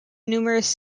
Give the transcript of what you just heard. numerous